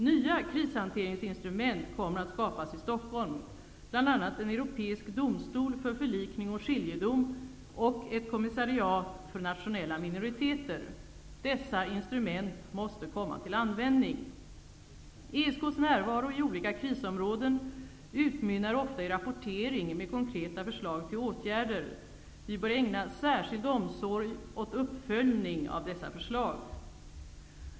Nya krishanteringsinstrument kommer att skapas i Stockholm, bl.a. en europeisk domstol för förlikning och skiljedom och ett kommissariat för nationella minoriteter. Dessa instrument måste komma till användning. ESK:s närvaro i olika krisområden utmynnar ofta i rapportering med konkreta förslag till åtgärder. Vi bör ägna särskild omsorg åt uppföljning av dessa förslag.